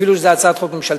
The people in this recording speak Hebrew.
אפילו שזאת הצעת חוק ממשלתית.